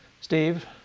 Steve